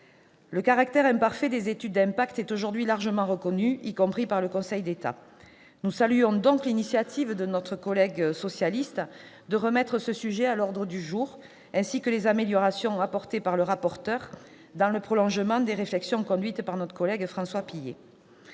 Le caractère imparfait des études d'impact est aujourd'hui largement reconnu, y compris par le Conseil d'État. Nous saluons donc l'initiative prise par nos collègues socialistes de remettre ce sujet à l'ordre du jour, ainsi que les améliorations apportées par le rapporteur, dans le prolongement des réflexions conduites par notre collègue François Pillet.